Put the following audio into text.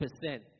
percent